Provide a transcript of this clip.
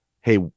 Hey